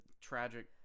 tragic